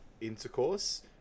intercourse